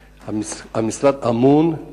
המשרד אמון על